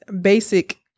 basic